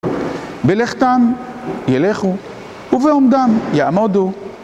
בלכתם ילכו, ובעומדם יעמודו